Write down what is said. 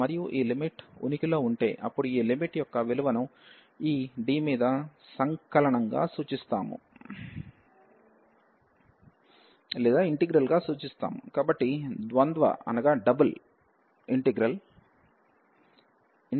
మరియు ఈ లిమిట్ ఉనికిలో ఉంటే అప్పుడు ఈ లిమిట్ యొక్క ఈ విలువను D మీద ఈ ఇంటిగ్రల్ గా సూచిస్తాము కాబట్టి డబుల్ ఇంటిగ్రల్ D